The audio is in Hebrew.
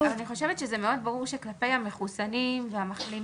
אני חושבת שזה מאוד ברור שכלפי המחוסנים והמחלימים,